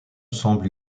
semble